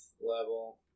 level